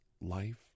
life